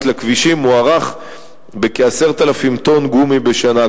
לכבישים מוערך ב-10,000 טונות גומי בשנה.